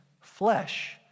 flesh